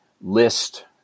list